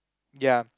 ya